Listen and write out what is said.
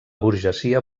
burgesia